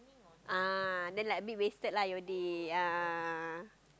ah then like bit wasted lah your day a'ah